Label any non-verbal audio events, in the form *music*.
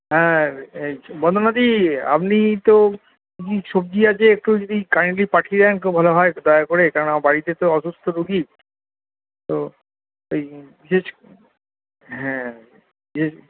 হ্যাঁ এই বন্দনাদি আপনি তো কী সবজি আছে একটু যদি কাইন্ডলি পাঠিয়ে দেন তো ভালো হয় দয়া করে কারণ আমার বাড়িতে তো অসুস্থ রোগী তো এই *unintelligible* হ্যাঁ *unintelligible*